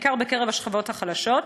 בעיקר בקרב השכבות החלשות.